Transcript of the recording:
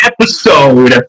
episode